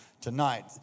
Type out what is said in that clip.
Tonight